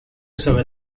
saber